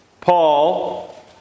Paul